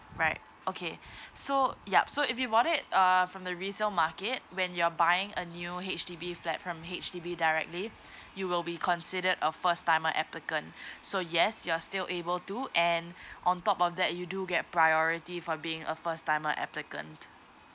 right okay so yup so if you want it uh from the resale market when you're buying a new H_D_B flat from H_D_B directly you will be considered a first timer applicant so yes you're still able to and on top of that you do get priority for being a first timer applicant